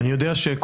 אני יודע שקודם,